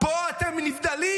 פה אתם נבדלים.